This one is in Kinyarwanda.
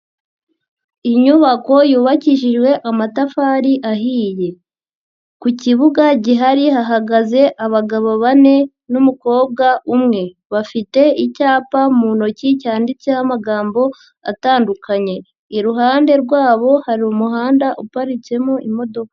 Inyubako yubakishijwe amatafari ahiye, ku kibuga gihari hahagaze abagabo bane n'umukobwa umwe bafite icyapa mu ntoki cyanditseho amagambo atandukanye, iruhande rwabo hari umuhanda uparitsemo imodoka.